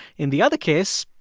in the other case,